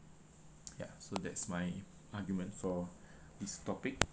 ya so that's my argument for this topic